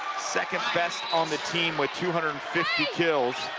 second best on the team with two hundred and fifty kills.